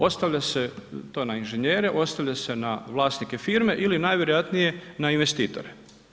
Ostavlja se to na inženjere, ostavlja se na vlasnike firme ili najvjerojatnije na investitore.